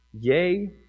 Yea